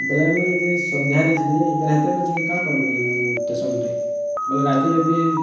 ବେଲେ ଆମେ ଯଦି ସନ୍ଧ୍ୟାରେ ଯିମି ସେତେବେଲେ କାଁ କର୍ବି ଷ୍ଟେସନ୍ରେ ବେଲେ ରାତି ଯଦି